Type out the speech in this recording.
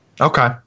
Okay